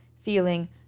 feeling